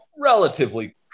relatively